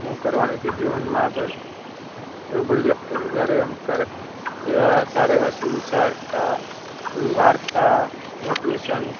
હું કરવાનું છે જીવનમાં આગળ એ બધું લખતો તો જ્યારે એમ ક્યારેક એવા સારા એવા સુવિચાર ક્યાં બધુ વાર્તા મોટીવેશન